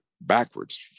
backwards